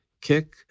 kick